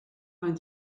vingt